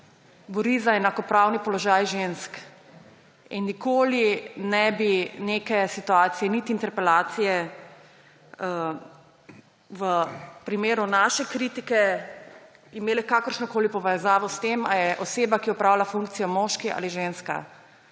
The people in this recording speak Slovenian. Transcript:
bori za enakopravni položaj žensk. In nikoli ne bi neke situacije niti interpelacije, v primeru naše kritike, imele kakršnokoli povezave s tem, ali je oseba, ki opravlja funkcijo, moški ali ženska.